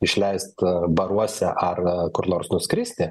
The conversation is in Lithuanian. išleist baruose ar kur nors nuskristi